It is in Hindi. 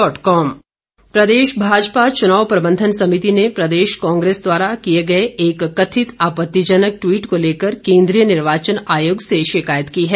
शिकायत प्रदेश भाजपा चुनाव प्रबंधन समिति ने प्रदेश कांग्रेस द्वारा किए गए एक कथित आपत्तिजनक ट्विट को लेकर केंद्रीय निर्वाचन आयोग से शिकायत की है